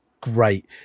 great